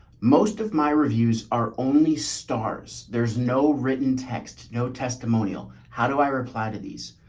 most of my reviews are only stars. there's no written text, no testimonial. how do i reply to these?